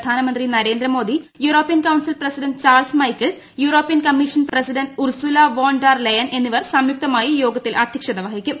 പ്രധാനമന്ത്രി Narendra Modi European council president Charles Michel European commission president Ursula von Darr ലെയൻ എന്നിവർ സംയുക്തമായി യോഗത്തിൽ അധൃക്ഷത വഹിക്കും